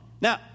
Now